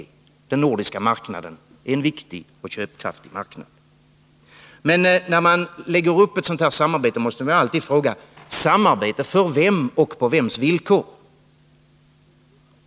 Den nordiska marknaden är en viktig och köpstark marknad. Men när man lägger upp ett sådant här samarbete måste man alltid fråga: Samarbete för vem och på vems villkor?